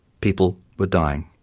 people were dying.